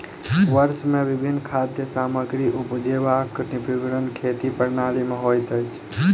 वर्ष मे विभिन्न खाद्य सामग्री उपजेबाक विवरण खेती प्रणाली में होइत अछि